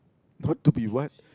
got to be what